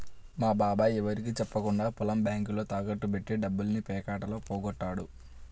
మా బాబాయ్ ఎవరికీ చెప్పకుండా పొలం బ్యేంకులో తాకట్టు బెట్టి డబ్బుల్ని పేకాటలో పోగొట్టాడు